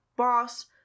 boss